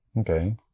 okay